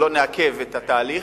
שלא נעכב את התהליך,